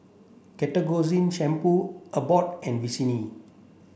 Ketoconazole Shampoo Abbott and Vichy